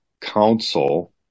council